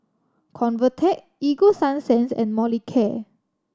Convatec Ego Sunsense and Molicare